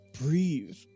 breathe